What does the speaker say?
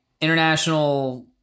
international